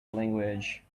language